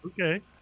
Okay